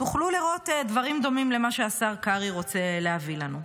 תוכלו לראות דברים דומים למה שהשר קרעי רוצה להביא לנו.